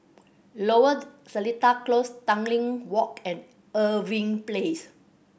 Lower Seletar Close Tanglin Walk and Irving Place